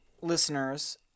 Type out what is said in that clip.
listeners